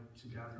together